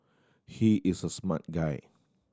he is a smart guy